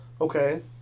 Okay